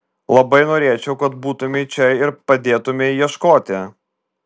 labai norėčiau kad būtumei čia ir padėtumei ieškoti